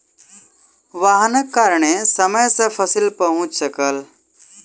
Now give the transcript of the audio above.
वाहनक कारणेँ समय सॅ फसिल पहुँच सकल